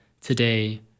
today